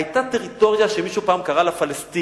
היתה טריטוריה שמישהו פעם קרא לה פלסטינה.